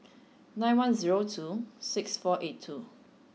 nine one zero two six four eight two